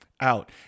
out